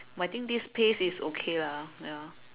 I think this pace is okay lah ya